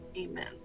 Amen